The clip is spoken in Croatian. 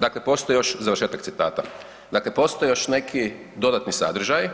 Dakle, postoji još završetak citata: „Dakle postoje još neki dodatni sadržaji,